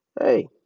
hey